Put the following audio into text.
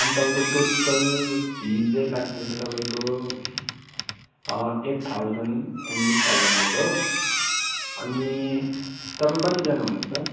अन्त तपाईँको total fee चाहिँ लाग्ने छ तपाईँको eight thousand and five hundred हो अनि तपाईँ कतिजना हुनुहुन्छ